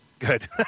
good